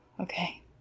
Okay